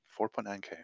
4.9K